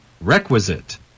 Requisite